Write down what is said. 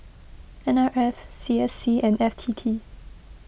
N R F C S C and F T T